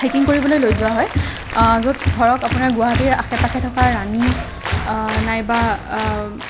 hiking কৰিবলৈ লৈ যোৱা হয় য'ত ধৰক আপোনাৰ গুৱাহাটীৰ আশে পাশে থকা ৰাণী নাইবা